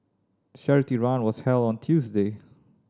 the charity run was held on Tuesday